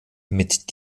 mit